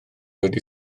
wedi